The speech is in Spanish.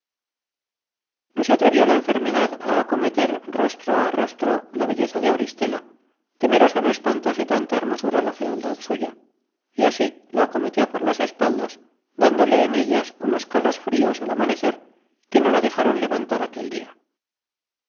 no se atrevió la enfermedad á acometer rostro á rostro la belleza de auristela temerosa no espantase tanta hermosura la fealdad suya y así la acometió por las espaldas dándole en ellas unos calosfrios al amanecer que no la dejaron le vantar aquel dia